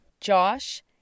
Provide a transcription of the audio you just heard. Josh